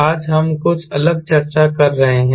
आज हम कुछ अलग चर्चा कर रहे हैं